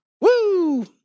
Woo